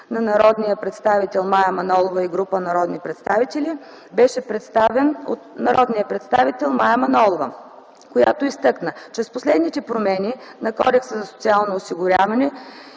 10 март 2010 г. на Мая Манолова и група народни представители беше представен от народния представител Мая Манолова, която изтъкна, че с последните промени на Кодекса за социално осигуряване